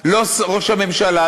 לא ראש הממשלה,